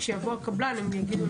כשיבוא הקבלן הם יגידו,